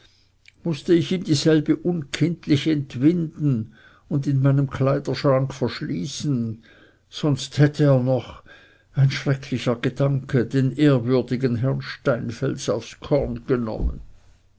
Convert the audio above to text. mußte ich ihm dieselbe unkindlich entwinden und in meinen kleiderschrank verschließen sonst hätte er noch ein schrecklicher gedanke den ehrwürdigen herrn steinfels aufs korn genommen